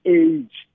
age